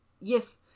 Yes